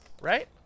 Right